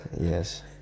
Yes